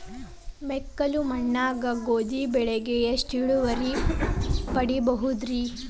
ಮೆಕ್ಕಲು ಮಣ್ಣಾಗ ಗೋಧಿ ಬೆಳಿಗೆ ಎಷ್ಟ ಇಳುವರಿ ಪಡಿಬಹುದ್ರಿ?